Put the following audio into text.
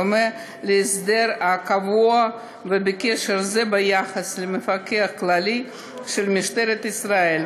בדומה להסדר הקבוע בהקשר זה ביחס למפקח הכללי של משטרת ישראל.